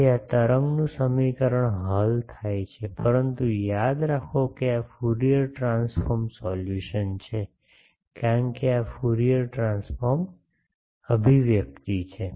તેથી આ તરંગનું સમીકરણ હલ થાય છે પરંતુ યાદ રાખો કે આ ફુરિયર ટ્રાન્સફોર્મ સોલ્યુશન છે કારણ કે આ એક ફ્યુરિયર ટ્રાન્સફોર્મ અભિવ્યક્તિ છે